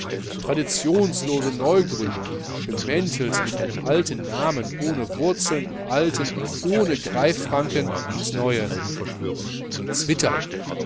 traditionslose neugründung bemäntelt mit einem alten namen ohne wurzeln im alten ohne greifranken ins neue zwitter